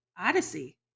Odyssey